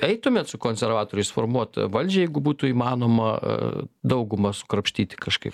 eitumėt su konservatoriais formuot valdžią jeigu būtų įmanoma daugumą sukrapštyti kažkaip